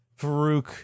Farouk